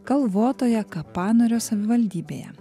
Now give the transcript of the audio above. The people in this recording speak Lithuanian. kalvotoje kapanorio savivaldybėje